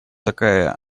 такая